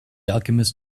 alchemist